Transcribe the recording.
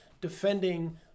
defending